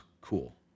cool